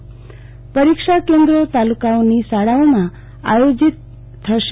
આ પરીક્ષા કેન્દ્રો તાલકાઓની શાળાઓમાં આયોજીત થશે